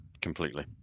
completely